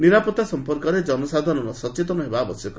ନିରାପତ୍ତା ସମ୍ପର୍କରେ ଜନସାଧାରଣ ସଚେତନ ହେବା ଆବଶ୍ୟକ